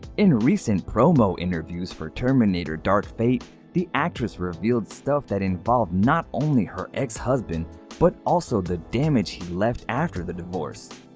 in recent promo interviews for terminator dark fate, the actress revealed stuff that involved not only her ex-husband but also the damage he left after the divorce.